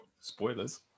Spoilers